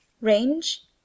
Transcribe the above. range